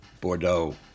Bordeaux